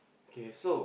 okay so